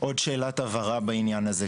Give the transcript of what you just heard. עוד שאלת הבהרה בעניין הזה,